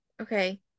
Okay